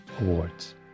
awards